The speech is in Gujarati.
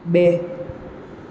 બે